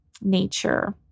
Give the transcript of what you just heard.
Nature